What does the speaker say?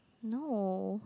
no